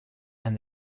and